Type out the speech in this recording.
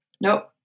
Nope